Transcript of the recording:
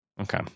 Okay